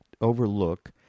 overlook